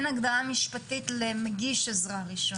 אין הגדרה משפטית למגיש עזרה ראשונה.